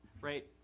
right